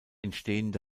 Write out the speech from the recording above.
entstehende